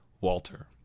Walter